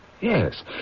Yes